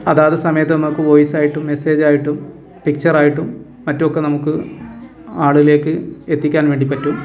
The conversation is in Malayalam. അതാത് സമയത്ത് നമുക്ക് വോയിസ്സായിട്ടും മെസ്സേജായിട്ടും പിക്ചറായിട്ടും മറ്റുമൊക്കെ നമുക്ക് ആളുകളിലേക്ക് എത്തിക്കാൻ വേണ്ടി പറ്റും